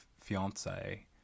fiance